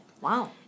Wow